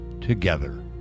together